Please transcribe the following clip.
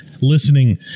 listening